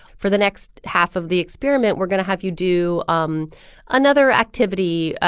for the next half of the experiment, we're going to have you do um another activity.